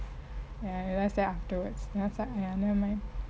ya I realise that afterwards I was like !aiya! nevermind